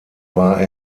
war